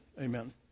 amen